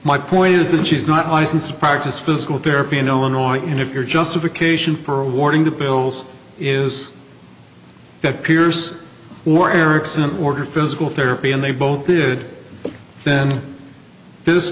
my point is that she's not licensed to practice physical therapy in illinois and if your justification for awarding the pills is that peers or erikson order physical therapy and they both did then this